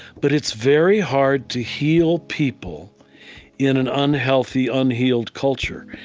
but it's very hard to heal people in an unhealthy, unhealed culture.